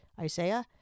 Isaiah